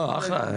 לא, אחלה.